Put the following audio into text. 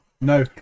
No